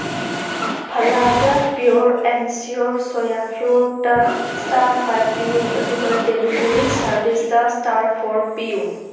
ꯐꯂꯥꯗꯥ pure and sure ꯁꯣꯌꯥ ꯐ꯭ꯂꯣꯔꯗ star five ꯄꯤꯌꯨ ꯑꯗꯨꯒ ꯗꯦꯂꯤꯚꯔꯤ ꯁꯥꯔꯚꯤꯁꯇ ꯁ꯭ꯇꯥꯔ ꯐꯣꯔ ꯄꯤꯌꯨ